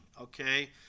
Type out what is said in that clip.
okay